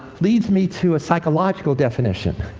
leads me to a psychological definition.